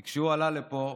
כי כשהוא עלה לפה,